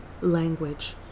language